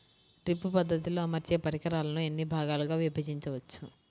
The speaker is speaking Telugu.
డ్రిప్ పద్ధతిలో అమర్చే పరికరాలను ఎన్ని భాగాలుగా విభజించవచ్చు?